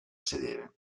sedere